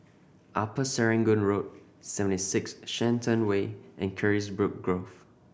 Upper Serangoon Road Seventy Six Shenton Way and Carisbrooke Grove